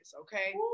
okay